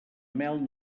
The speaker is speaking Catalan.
mel